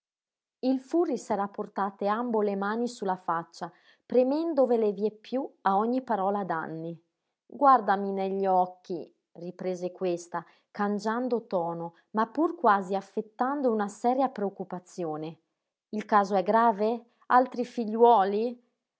il furri s'era portate ambo le mani su la faccia premendovele vieppiú a ogni parola d'anny guardami negli occhi riprese questa cangiando tono ma pur quasi affettando una seria preoccupazione il caso è grave altri figliuoli